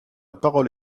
parole